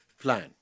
plan